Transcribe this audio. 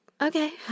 Okay